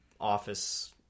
Office